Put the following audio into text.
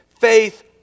faith